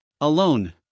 alone